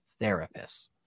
therapists